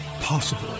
possible